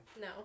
no